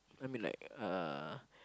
I mean like uh